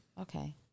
Okay